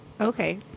Okay